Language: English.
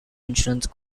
insurance